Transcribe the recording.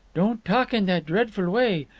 don't talk in that dreadful way.